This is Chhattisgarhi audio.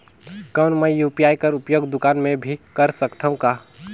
कौन मै यू.पी.आई कर उपयोग दुकान मे भी कर सकथव का?